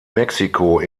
mexico